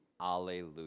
alleluia